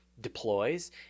deploys